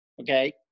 okay